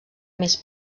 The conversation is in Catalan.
més